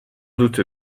doute